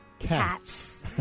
cats